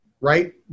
Right